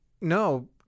no